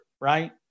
right